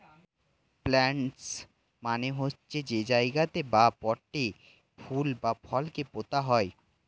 planters মানে হচ্ছে যেই জায়গাতে বা পটে ফুল বা ফল কে পোতা হয়